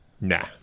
Nah